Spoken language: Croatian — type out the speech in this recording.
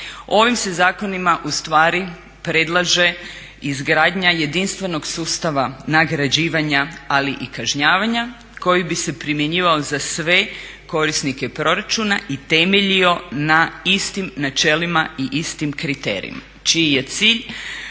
Ovim se zakonima ustvari predlaže izgradnja jedinstvenog sustava nagrađivanja ali i kažnjavanja koji bi se primjenjivao za sve korisnike proračuna i temeljio na istim načelima i istim kriterijima čiji je cilj